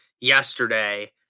yesterday